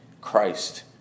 Christ